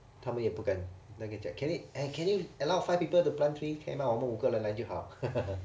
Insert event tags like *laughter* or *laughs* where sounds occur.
他们也不敢那边讲 can it can it allow five people to plant trees 可以吗我们五个人来就好 *laughs*